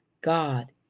God